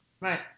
Right